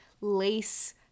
lace